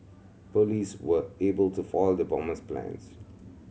police were able to foil the bomber's plans